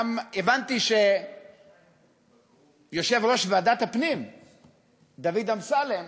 גם הבנתי שיושב-ראש ועדת הפנים דוד אמסלם